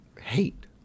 hate